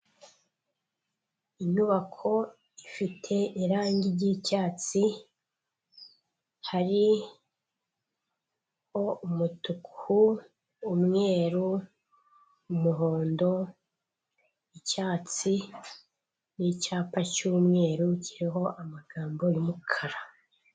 Inyubako ifite irangi ry'icyatsi hariho umutuku, umweru, umuhondo, icyatsi n'icyapa cy'umweru kiriho amagambo y'umukara.